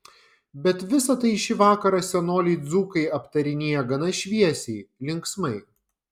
bet visa tai šį vakarą senoliai dzūkai aptarinėja gana šviesiai linksmai